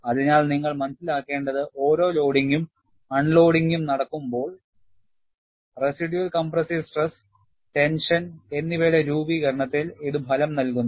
അതിനാൽ നിങ്ങൾ മനസിലാക്കേണ്ടത് ഓരോ ലോഡിംഗും അൺലോഡിംഗും നടക്കുമ്പോൾ റെസിഡ്യൂള് കംപ്രസ്സീവ് സ്ട്രെസ് ടെൻഷൻ എന്നിവയുടെ രൂപീകരണത്തിൽ ഇത് ഫലം നൽകുന്നു